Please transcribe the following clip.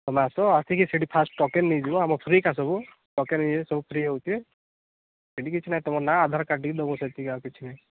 ତୁମେ ଆସ ଆସିକି ସେଇଠି ଫାଷ୍ଟ୍ ଟୋକନ୍ ନେଇଯିବ ଆମ ଫ୍ରି ଏକା ସବୁ ଟୋକନ୍ ଇଏ ସବୁ ଫ୍ରି ହେଉଛି ସେମିତି କିଛି ନାହିଁ ତୁମ ନା ଆଧାର କାର୍ଡ଼ଟି ଦେଇଦେବ ସେଇଠି ଆଉ କିଛି ନାହିଁ